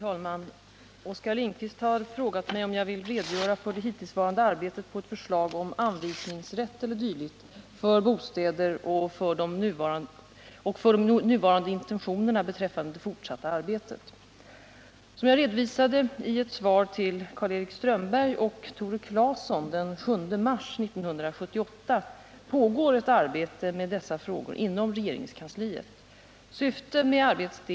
I interpellationssvar den 7 mars 1978 uttalade statsrådet Friggebo att det pågick ett arbete med ett lagförslag som skulle ge bostadsförmedlingarna bättre möjligheter att hävda de bostadssökandes rätt. Arbetet med departementspromemorian pågick enligt uttalandet för fullt. Inriktningen angavs vara att lagstiftningen skulle träda i kraft den 1 januari 1979. Denna inriktning tycks nu ha övergetts.